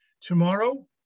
Tomorrow